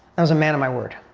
i was a man of my word.